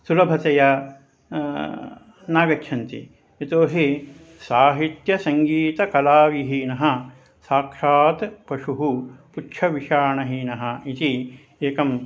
सुलभतया नागच्छन्ति यतो हि साहित्यसङ्गीतकलाविहीनः साक्षात् पशुः पुच्छविषाणहीनः इति एकं